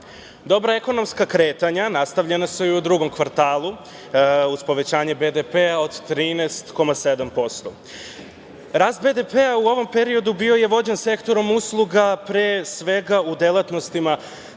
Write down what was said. Dobra ekonomska kretanja nastavljena su i u drugom kvartalu uz povećanje BDP od 13,7%.Rast BDP u ovom periodu bio je vođen sektorom usluga pre svega u delatnostima